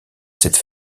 cette